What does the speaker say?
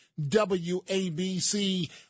WABC